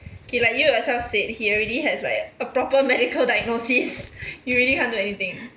okay like you yourself said he already has like a proper medical diagnosis you really can't do anything